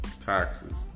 taxes